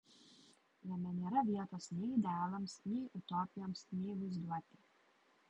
jame nėra vietos nei idealams nei utopijoms nei vaizduotei